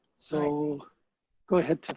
so go ahead,